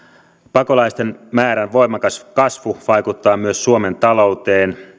pakolaisten määrän voimakas kasvu vaikuttaa myös suomen talouteen